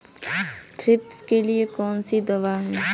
Thrips के लिए कौन सी दवा है?